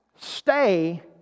stay